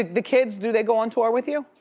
the kids, do they go on tour with you?